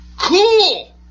cool